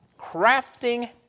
crafting